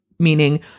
meaning